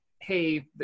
hey